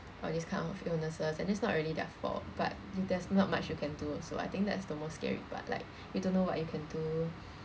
all this kind of illnesses and that's not really their fault but there's not much you can do also I think that's the most scary part like you don't know what you can do